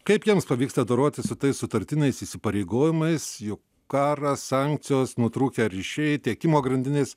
kaip jiems pavyksta dorotis su tais sutartiniais įsipareigojimais juk karas sankcijos nutrūkę ryšiai tiekimo grandinės